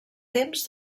temps